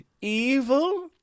evil